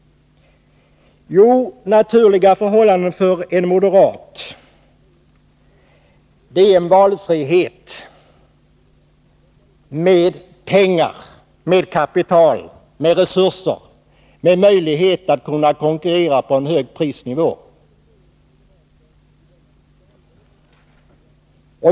Naturliga förhållanden för en moderat är valfrihet med pengar, med kapital, med resurser, med möjlighet att kunna konkurrera på en hög prisnivå.